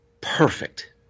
perfect